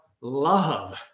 love